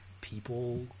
people